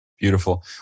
Beautiful